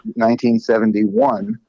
1971